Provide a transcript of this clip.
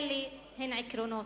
אלו הם עקרונות.